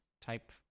type